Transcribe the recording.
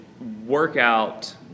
workout